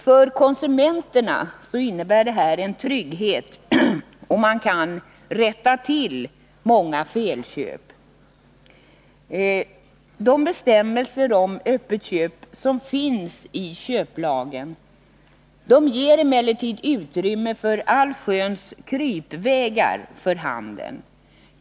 För konsumenten innebär detta en trygghet, och man kan rätta till många felköp. De bestämmelser om öppet köp som finns i köplagen ger emellertid utrymme för allsköns krypvägar för handeln.